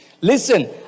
Listen